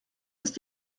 ist